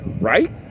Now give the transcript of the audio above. right